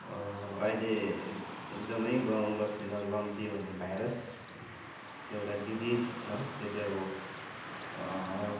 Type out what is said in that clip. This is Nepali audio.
अहिले एकदमै गाउँ बस्तीमा लम्पी भन्ने भाइरस त्यो एउटा डिजिज छ त्यो चाहिँ अब